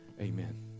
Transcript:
Amen